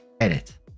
Edit